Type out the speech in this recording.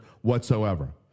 whatsoever